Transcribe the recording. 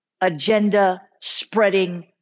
agenda-spreading